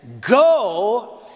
go